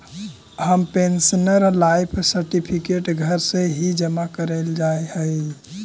हम pensioner life certificate घर से ही जमा करवइलिअइ हल